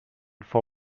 for